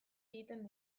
egiten